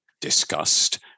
discussed